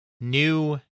new